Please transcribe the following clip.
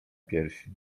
piersi